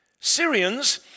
Syrians